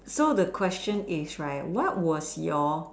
so the question is right what was your